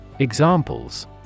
Examples